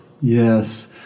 yes